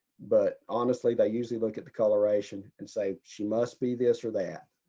but honestly, they usually look at the coloration and say she must be this or that.